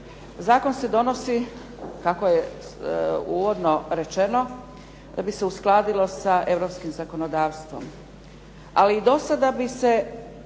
Zakon se donosi kako je uvodno rečeno da bi se uskladilo sa europskim zakonodavstvom. Ali i do sada bi se